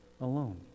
alone